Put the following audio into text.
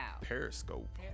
Periscope